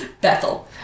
Bethel